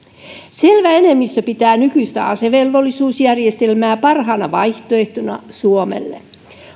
selvä enemmistö pitää nykyistä asevelvollisuusjärjestelmää parhaana vaihtoehtona suomelle